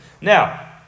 Now